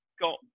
got